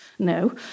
No